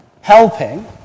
helping